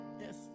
Yes